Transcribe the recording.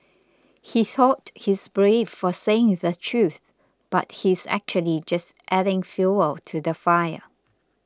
he thought he's brave for saying the truth but he's actually just adding fuel to the fire